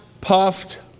puffed